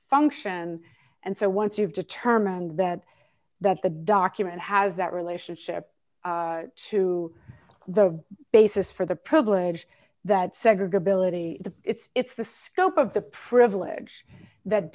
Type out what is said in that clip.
function and so once you've determined that that the document has that relationship to the basis for the privilege that segregate belittle the it's the scope of the privilege that